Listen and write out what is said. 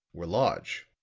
were large.